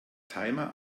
timer